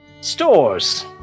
stores